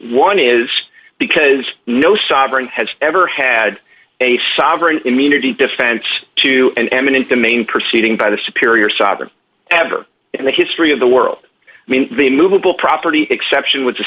one is because no sovereign has ever had a sovereign immunity defense to an eminent domain proceeding by the superior sovereign ever in the history of the world i mean the movable property exception wh